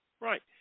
right